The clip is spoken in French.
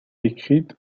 écrite